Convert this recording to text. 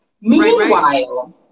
Meanwhile